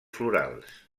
florals